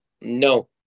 No